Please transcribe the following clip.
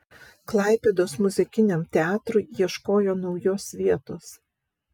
klaipėdos muzikiniam teatrui ieškos naujos vietos